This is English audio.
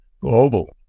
global